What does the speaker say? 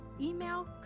email